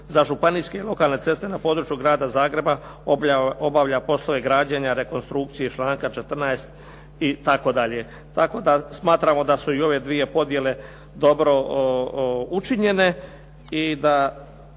za županijske i lokalne ceste na području Grada Zagreba obavlja poslove građenja i rekonstrukcije iz članka 14. itd. Tako da smatramo da su i ove dvije podjele dobro učinjene